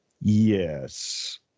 yes